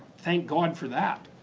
thank god for that.